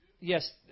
Yes